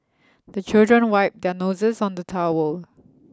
the children wipe their noses on the towel